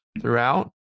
throughout